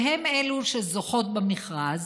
שהן אלו שזוכות במכרז,